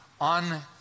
on